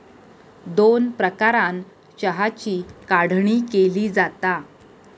दोन प्रकारानं चहाची काढणी केली जाता